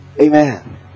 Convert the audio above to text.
Amen